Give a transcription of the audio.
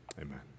Amen